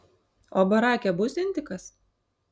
o barake bus intikas